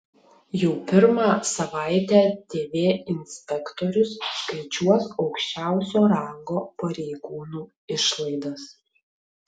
jau pirmą savaitę tv inspektorius skaičiuos aukščiausio rango pareigūnų išlaidas